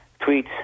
Tweets